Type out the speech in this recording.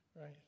right